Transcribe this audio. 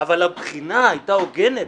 אבל הבחינה היתה הוגנת.